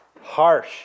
harsh